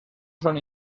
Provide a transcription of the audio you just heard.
son